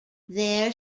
there